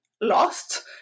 lost